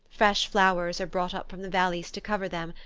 fresh flowers are brought up from the valleys to cover them,